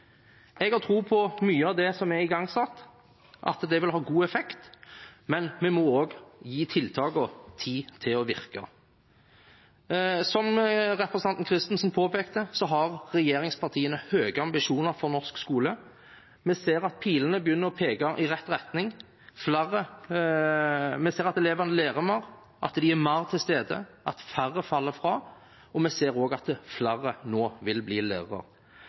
Jeg har tro på at mye av det som er igangsatt, vil ha god effekt, men vi må også gi tiltakene tid til å virke. Som representanten Kristensen påpekte, har regjeringspartiene høye ambisjoner for norsk skole. Vi ser at pilene begynner å peke i rett retning. Vi ser at elevene lærer mer, at de er mer til stede, at færre faller fra, og vi ser også at flere nå vil bli